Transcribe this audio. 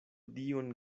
dion